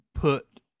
put